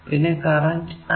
പിന്നെ current I